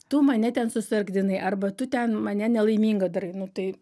tu mane ten susargdinai arba tu ten mane nelaimingą darai nu tai